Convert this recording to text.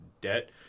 debt